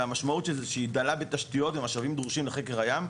והמשמעות של זה היא שהיא דלה בתשתיות ומשאבים הדרושים לחקר הים,